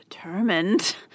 Determined